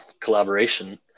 collaboration